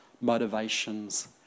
motivations